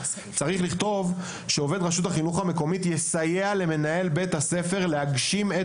צריך לכתוב: "עובד רשות החינוך המקומית יסייע למנהל בית הספר להגשים את